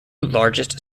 largest